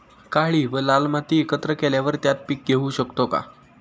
काळी व लाल माती एकत्र केल्यावर त्यात पीक घेऊ शकतो का?